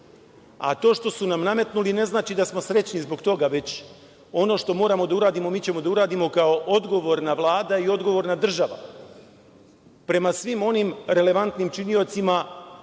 a to što su nam nametnuli ne znači da smo srećni zbog toga, već ono što moramo da uradimo uradićemo kao odgovorna Vlada i odgovorna država, prema svim onim relevantnim činiocima